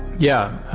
yeah.